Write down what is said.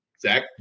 Zach